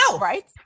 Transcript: Right